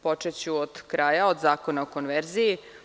Počeću od kraja, od zakona o konverziji.